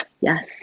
yes